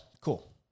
cool